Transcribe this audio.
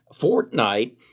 Fortnite